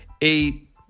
eight